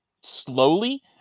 slowly